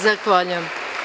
Zahvaljujem.